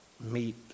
meet